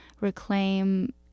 reclaim